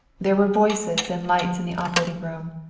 there were voices and lights in the operating room,